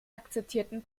akzeptierten